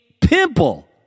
pimple